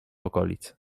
okolic